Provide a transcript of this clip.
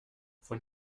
von